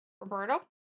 Roberto